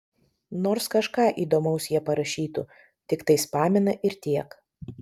nors kažką įdomaus jie parašytų tiktai spamina ir tiek